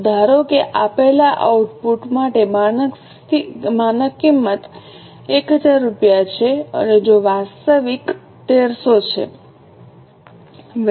તો ધારો કે આપેલા આઉટપુટ માટે માનક કિંમત 1000 રૂપિયા છે અને જો વાસ્તવિક 1300 છે